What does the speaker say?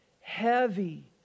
heavy